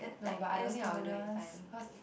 no but I don't think I will do next time cause